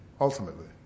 ultimately